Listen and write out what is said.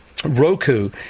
Roku